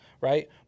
Right